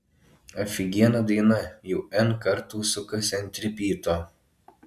afigiena daina jau n kartų sukasi ant ripyto